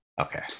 Okay